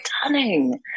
stunning